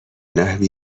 نحوی